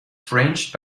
fringed